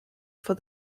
for